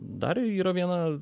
dar yra viena